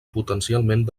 potencialment